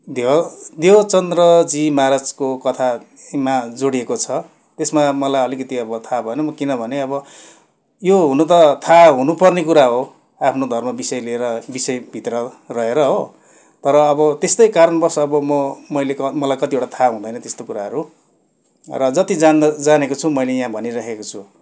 देव देवचन्द्र जी महाराजको कथामा जोडिएको छ त्यसमा मलाई अलिकति अब थाहा भएन म किनभने अब यो हुन त थाहा हुनुपर्ने कुरा हो आफ्नो धर्म विषय लिएर विषय भित्र रहेर हो तर अब त्यस्तै कारणवस अब म मैले म मलाई कतिवटा थाहा हुँदैन त्यस्तो कुराहरू र जति जान्द जानेको छु मैले यहाँ भनिरहेको छु